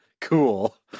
Cool